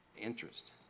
interest